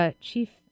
Chief